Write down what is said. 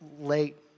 late